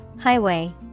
Highway